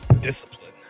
discipline